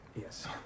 Yes